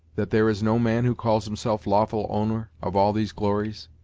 that there is no man who calls himself lawful owner of all these glories?